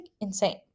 insane